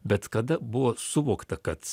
bet kada buvo suvokta kad